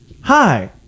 Hi